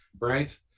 right